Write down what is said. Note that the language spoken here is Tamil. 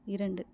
இரண்டு